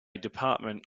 department